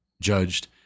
judged